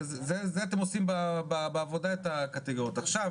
את הקטגוריות אתם מכינים בעבודתכם.